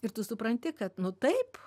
ir tu supranti kad nu taip